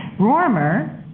rorimer,